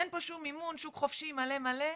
אין פה שום מימון שוק חופשי מלא מלא,